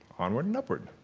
onward and upward